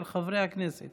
של חברי הכנסת